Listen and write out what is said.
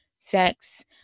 sex